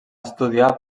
estudiar